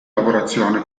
lavorazione